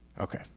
Okay